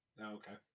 Okay